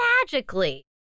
magically